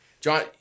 John